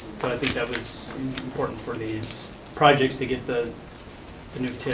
so i think that was important for these projects to get the the new tif,